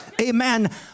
Amen